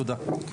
תודה.